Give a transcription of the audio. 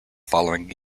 following